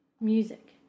music